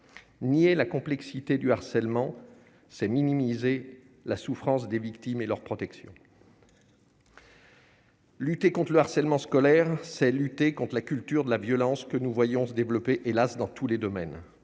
nier la complexité du harcèlement c'est minimiser la souffrance des victimes et leur protection. Lutter contre le harcèlement scolaire c'est lutter contres la culture de la violence que nous voyons se développer hélas dans tous les domaines,